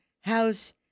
house